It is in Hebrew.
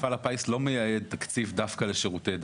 מפעל הפיס לא מייעד תקציב דווקא לשירותי דת,